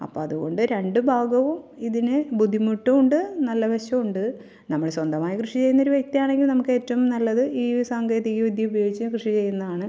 അപ്പോൾ അതുകൊണ്ട് രണ്ട് ഭാഗവും ഇതിന് ബുദ്ധിമുട്ടും ഉണ്ട് നല്ല വശം ഉണ്ട് നമ്മൾ സ്വന്തമായി കൃഷി ചെയ്യുന്നൊരു വ്യക്തിയാണെങ്കിൽ നമുക്ക് ഏറ്റവും നല്ലത് ഈ സാങ്കേതികവിദ്യ ഉപയോഗിച്ച് കൃഷി ചെയ്യുന്നതാണ്